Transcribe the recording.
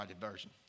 version